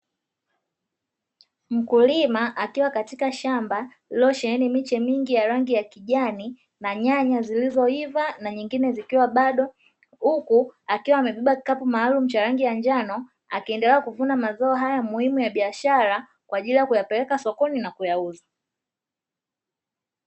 Mkulima akiwa katika shamba lililosheheni miche mingi ya rangi ya kijani na nyanya zilizoiva na nyingine zikiwa bado, huku akiwa amebeba kikapu maalum cha rangi ya njano akiendelea kuvuna mazao haya muhimu ya biashara kwa ajili ya kuyapeleka sokoni na kuyauza.